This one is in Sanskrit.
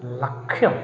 लक्ष्यं